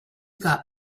got